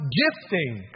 gifting